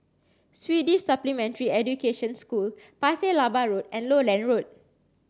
Swedish Supplementary Education School Pasir Laba Road and Lowland Road